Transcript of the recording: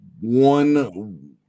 one